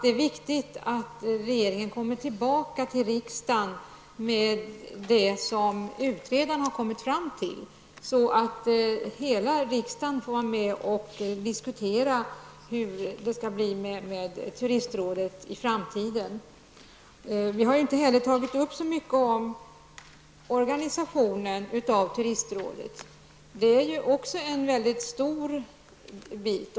Det är viktigt att regeringen kommer tillbaka till riksdagen med det som utredaren har kommit fram till så att riksdagen får vara med och diskutera hur det skall bli med turistrådet i framtiden. Organisationen av turistrådet har inte tagits upp så mycket i debatten, och det är en mycket stor fråga.